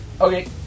Okay